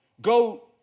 go